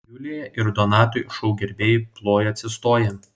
julijai ir donatui šou gerbėjai plojo atsistoję